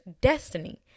destiny